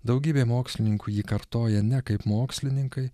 daugybė mokslininkų jį kartoja ne kaip mokslininkai